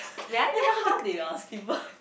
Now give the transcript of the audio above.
may I know how they ah scribble